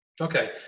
okay